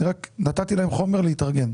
רק נתתי להם חומר להתארגן.